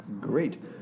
Great